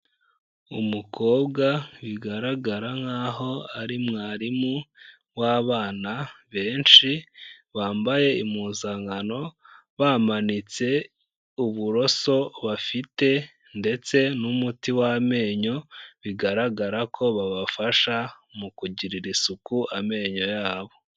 Umukobwa bigaragara nk'aho ari mwarimu w'abana benshi, bambaye impuzankano, bamanitse uburoso bafite ndetse n'umuti w'amenyo, bigaragara ko babafasha mu kugirira isuku amenyo yabo.